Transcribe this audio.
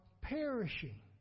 perishing